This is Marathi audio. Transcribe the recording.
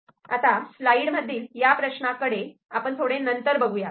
E' आता स्लाईडमधिल ह्या प्रश्नाकडे आपण थोडे नंतर बघुयात